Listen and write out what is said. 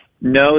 No